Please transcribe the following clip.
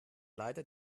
leider